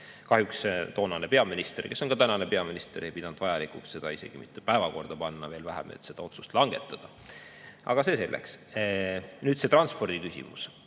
Kahjuks toonane peaminister, kes on ka tänane peaminister, ei pidanud vajalikuks seda isegi mitte päevakorda panna, veel vähem seda otsust langetada. Aga see selleks. Nüüd see transpordiküsimus.